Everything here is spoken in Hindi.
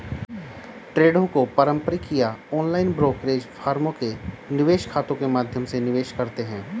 ट्रेडों को पारंपरिक या ऑनलाइन ब्रोकरेज फर्मों के निवेश खातों के माध्यम से निवेश करते है